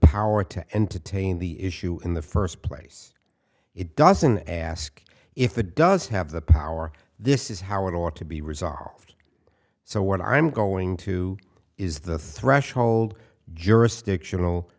power to entertain the issue in the first place it doesn't ask if the does have the power this is how it ought to be resolved so what i'm going to is the threshold jurisdiction